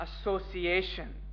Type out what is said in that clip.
association